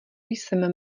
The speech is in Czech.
jsem